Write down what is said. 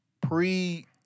Pre